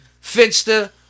Finster